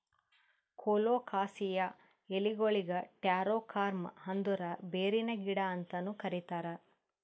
colocasia ಎಲಿಗೊಳಿಗ್ taro corm ಅಂದುರ್ ಬೇರಿನ ಗಿಡ ಅಂತನು ಕರಿತಾರ್